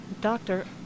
Doctor